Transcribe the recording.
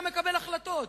ככה אתה מקבל החלטות,